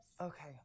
Okay